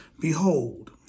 Behold